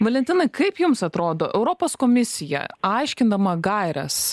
valentinai kaip jums atrodo europos komisija aiškindama gaires